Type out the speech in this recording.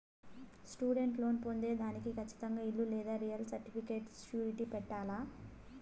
student loan పొందేదానికి కచ్చితంగా ఇల్లు లేదా రియల్ సర్టిఫికేట్ సూరిటీ పెట్టాల్ల